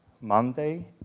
Monday